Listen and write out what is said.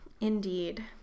Indeed